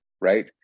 right